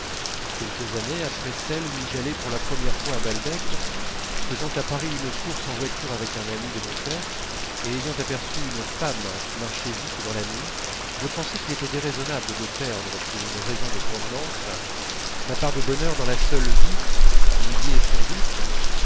quelques années après celle où j'allai pour la première fois à balbec faisant à paris une course en voiture avec un ami de mon père et ayant aperçu une femme qui marchait vite dans la nuit je pensai qu'il était déraisonnable de perdre pour une raison de convenances ma part de bonheur dans la seule vie qu'il y ait sans doute